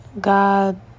God